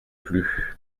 plus